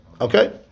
Okay